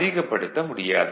அதிகப்படுத்த முடியாது